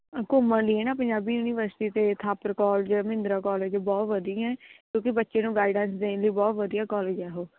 ਘੁੰਮਣ ਲਈ ਹੈ ਨਾ ਪੰਜਾਬੀ ਯੂਨੀਵਰਸਿਟੀ ਅਤੇ ਥਾਪਰ ਕੋਲਜ ਮਹਿੰਦਰਾ ਕੋਲੇਜ ਬਹੁਤ ਵਧੀਆ ਹੈ ਕਿਉਂਕਿ ਬੱਚੇ ਨੂੰ ਗਾਈਡੈਂਸ ਦੇਣ ਲਈ ਬਹੁਤ ਵਧੀਆ ਕੋਲੇਜ ਹੈ ਉਹ